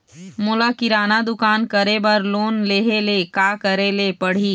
मोला किराना दुकान करे बर लोन लेहेले का करेले पड़ही?